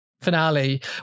finale